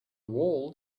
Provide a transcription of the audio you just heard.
world